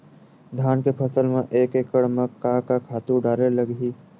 धान के फसल म एक एकड़ म का का खातु डारेल लगही?